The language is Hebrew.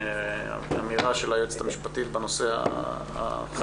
אמירה של היועצת המשפטית בנושא המשפטי,